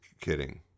kidding